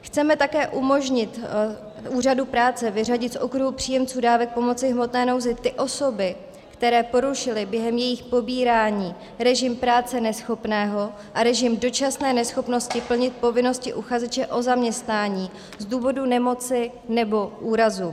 Chceme také umožnit úřadu práce vyřadit z okruhu příjemců dávek pomoci v hmotné nouzi ty osoby, které porušily během jejich pobírání režim práce neschopného a režim dočasné neschopnosti plnit povinnosti uchazeče o zaměstnání z důvodu nemoci nebo úrazu.